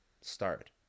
start